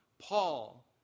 Paul